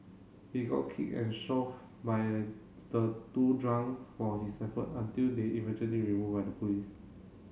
he got kicked and shoved by the two drunks for his effort until they eventually removed by the police